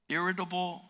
Irritable